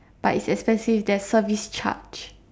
but it's expensive there is service charge